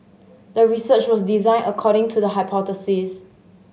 the research was designed according to the hypothesis